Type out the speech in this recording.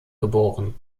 geboren